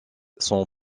sont